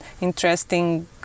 interesting